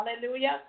Hallelujah